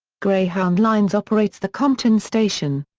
greyhound lines operates the compton station.